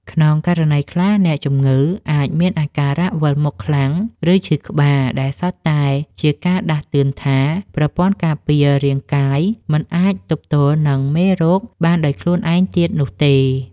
ក្នុងករណីខ្លះ អ្នកជំងឺអាចមានអាការៈវិលមុខខ្លាំង ឬឈឺក្បាល ដែលសុទ្ធតែជាការដាស់តឿនថា ប្រព័ន្ធការពាររាងកាយមិនអាចទប់ទល់នឹងមេរោគបានដោយខ្លួនឯងទៀតនោះទេ។